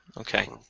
Okay